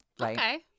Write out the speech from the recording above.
Okay